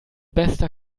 bester